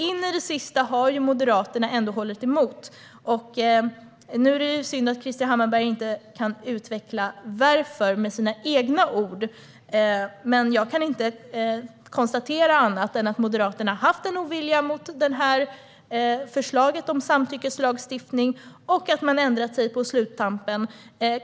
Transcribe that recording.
In i det sista har Moderaterna hållit emot. Det är synd att Krister Hammarbergh inte med egna ord kan utveckla varför. Jag kan dock inte konstatera annat än att Moderaterna har haft en ovilja mot förslaget om samtyckeslagstiftning och att de har ändrat sig på sluttampen.